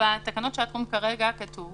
בתקנות לשעת חירום כרגע כתוב